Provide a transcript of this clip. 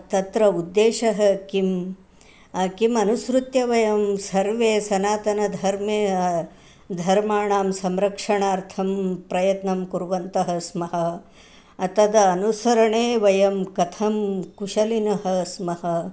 तत्र उद्देशः किं किम् अनुसृत्य वयं सर्वे सनातनधर्मे धर्माणां संरक्षणार्थं प्रयत्नं कुर्वन्तः स्मः तद् अनुसरणे वयं कथं कुशलिनः स्मः